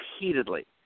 repeatedly